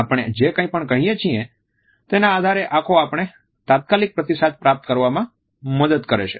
આપણે જે કંઈ પણ કહીએ છીએ તેના આધારે આંખો આપણે તાત્કાલિક પ્રતિસાદ પ્રાપ્ત કરવામાં મદદ કરે છે